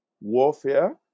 Warfare